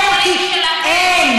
מגיע לבתי החולים שלהם, אין.